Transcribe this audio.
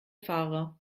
fahrer